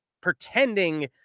pretending